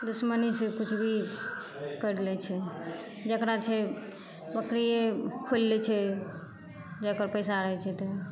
दुश्मनी से किछु भी कर लै छै जेकरा छै बकरिये खोलि लै छै जेकर पैसा रहै छै तऽ